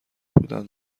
بودن